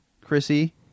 chrissy